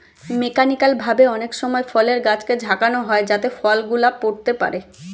mechanical ভাবে অনেক সময় ফলের গাছকে ঝাঁকানো হয় যাতে ফল গুলা পড়তে পারে